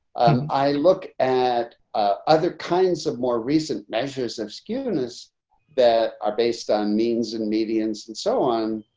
i look at other kinds of more recent measures of skewness that are based on means and medians and so on,